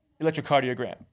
electrocardiogram